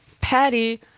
Patty